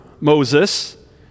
Moses